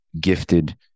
gifted